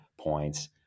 points